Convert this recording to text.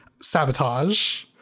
sabotage